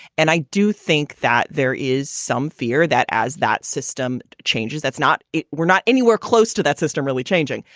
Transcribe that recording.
and i do think that there is some fear that as that system changes, that's not it. we're not anywhere close to that system really changing.